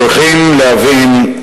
צריכים להבין,